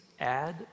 add